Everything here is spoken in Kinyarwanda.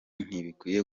ntibikwiye